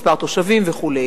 מספר תושבים וכו'.